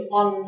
on